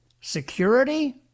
security